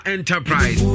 Enterprise